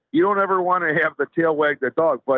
you don't ever want to have the tail wag the dog. but